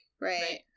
right